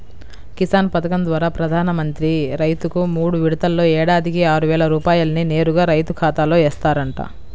కిసాన్ పథకం ద్వారా ప్రధాన మంత్రి రైతుకు మూడు విడతల్లో ఏడాదికి ఆరువేల రూపాయల్ని నేరుగా రైతు ఖాతాలో ఏస్తారంట